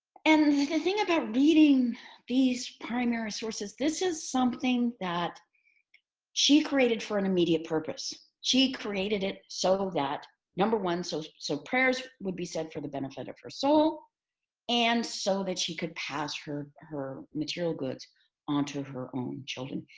and the thing about reading these primary sources, this is something that she created for an immediate purpose. she created it so that number one so so prayers would be said for the benefit of her soul and so that she could pass her her material goods onto her own children.